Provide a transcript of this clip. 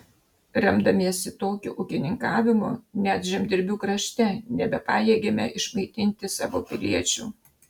remdamiesi tokiu ūkininkavimu net žemdirbių krašte nebepajėgėme išmaitinti savo piliečių